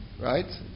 right